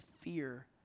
fear